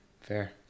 Fair